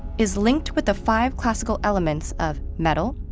is linked with the five classical elements of metal,